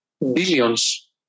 billions